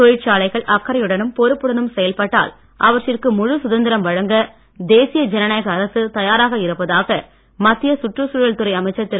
தொழிற்சாலைகள் அக்கறையுடனும் பொறுப்புடனும் செயல்பட்டால் அவற்றிற்கு முழு சுதந்திரம் வழங்க அமசய ஜனநாயக அரசு தயாராக இருப்பதாக மத்திய சுற்றுச்சூழல் துறை அமைச்சர் திரு